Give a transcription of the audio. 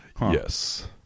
Yes